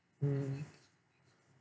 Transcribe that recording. mm